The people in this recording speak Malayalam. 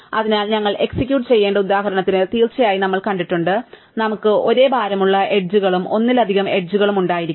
അതിനാൽ ഞങ്ങൾ എക്സിക്യൂട്ട് ചെയ്ത ഉദാഹരണത്തിൽ തീർച്ചയായും നമ്മൾ കണ്ടിട്ടുണ്ട് നമുക്ക് ഒരേ ഭാരമുള്ള എഡ്ജുകളും ഒന്നിലധികം എഡ്ജുകളും ഉണ്ടായിരിക്കാം